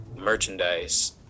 merchandise